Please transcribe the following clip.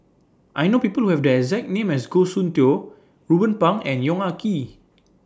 I know People Who Have The exact name as Goh Soon Tioe Ruben Pang and Yong Ah Kee